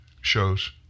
shows